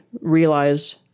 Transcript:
realize